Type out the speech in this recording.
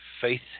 Faith